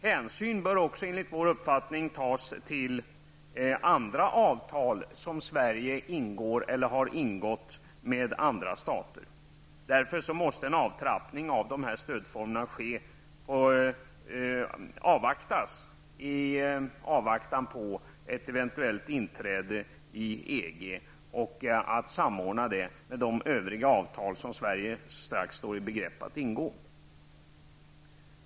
Hänsyn bör enligt vår uppfattning också tas till andra avtal som Sverige ingår eller har ingått med andra stater. En avtrappning av dessa stödformer måste därför vänta i avvaktan på ett eventuellt inträde i EG, så att detta kan samordnas med de övriga avtal som Sverige strax står i begrepp att ingå.